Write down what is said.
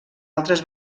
altres